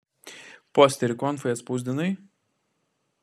posterį konfai atspausdinai